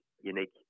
unique